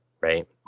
right